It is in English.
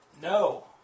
No